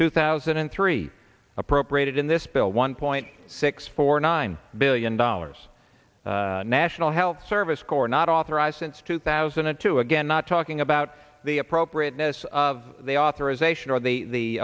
two thousand and three appropriated in this bill one point six four nine billion dollars national health service corps not authorized since two thousand and two again not talking about the appropriateness of the authorization